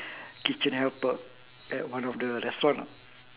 kitchen helper at one of the restaurant ah